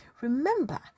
Remember